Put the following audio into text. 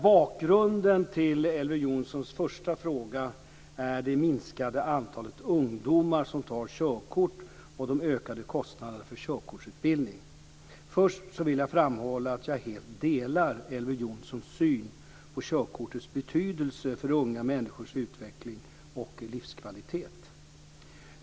Bakgrunden till Elver Jonssons första fråga är det minskande antalet ungdomar som tar körkort och de ökade kostnaderna för körkortsutbildning. Först vill jag framhålla att jag helt delar Elver Jonssons syn på körkortets betydelse för unga människors utveckling och livskvalitet.